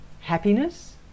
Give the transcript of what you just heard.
happiness